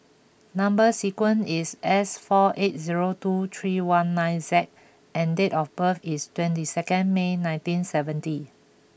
number sequence is S four eight zero two three one nine Z and date of birth is twenty second May nineteen seventy